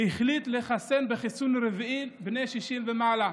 שהחליט לחסן בחיסון רביעי בני 60 ומעלה.